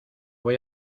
voy